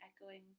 echoing